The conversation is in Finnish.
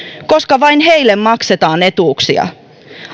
koska vain heille maksetaan etuuksia